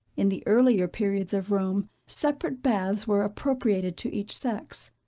in the earlier periods of rome, separate baths were appropriated to each sex.